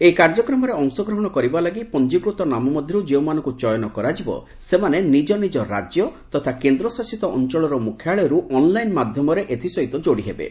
ଏହି କାର୍ଯ୍ୟକ୍ରମରେ ଅଂଶଗ୍ରହଣ କରିବା ଲାଗି ପଞ୍ଜିକୃତ ନାମମଧ୍ୟରୁ ଯେଉଁମାନଙ୍କୁ ଚୟନ କରାଯିବ ସେମାନେ ନିଜନିଜ ରାଜ୍ୟ ତଥା କେନ୍ଦ୍ରଶାସିତ ଅଞ୍ଚଳର ମୁଖ୍ୟାଳୟରୁ ଅନ୍ଲାଇନ୍ ମାଧ୍ୟମରେ ଏଥିସହିତ ଯୋଡିହେବେ